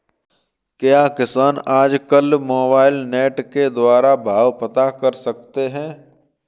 क्या किसान आज कल मोबाइल नेट के द्वारा भाव पता कर सकते हैं?